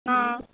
ஆ